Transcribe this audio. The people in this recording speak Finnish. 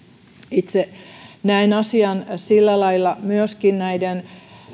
itse näen asian sillä lailla myöskin näiden